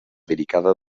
delicada